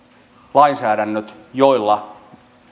lainsäädännöt joilla